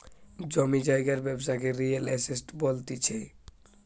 জমি জায়গার ব্যবসাকে রিয়েল এস্টেট বলতিছে